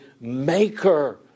maker